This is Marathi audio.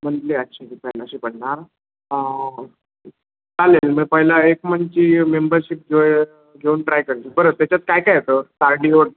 मंथली आठशे रुपयाने असे पडणार चालेल मग पहिला एक मंथची मेंबरशिप घे घेऊन ट्राय करेन बरं त्याच्यात काय काय येतं कार्डिओ